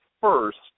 first